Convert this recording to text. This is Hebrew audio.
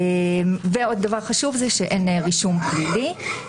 עוד דבר חשוב זה שאין רישום פלילי.